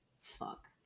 fuck